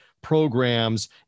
programs